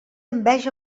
enveja